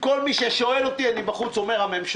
אני אומר לכל מי ששואל אותי בחוץ שזו הממשלה